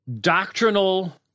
doctrinal